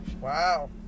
wow